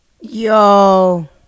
Yo